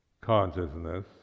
consciousness